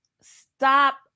stop